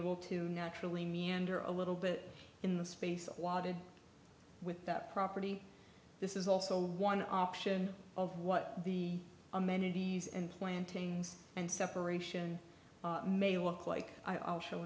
able to naturally meander a little bit in the space of wadded with that property this is also one option of what the amenities and plantings and separation may look like i'll show